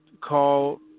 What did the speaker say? call